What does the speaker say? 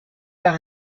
par